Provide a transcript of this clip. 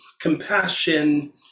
compassion